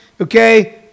okay